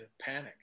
panic